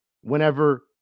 Whenever